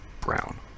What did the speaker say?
brown